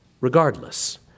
regardless